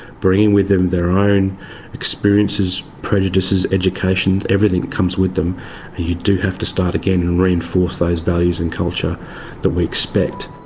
bringing with them their own experiences, prejudices, education, everything that comes with them, and you do have to start again and reinforce those values and culture that we expect.